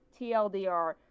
TLDR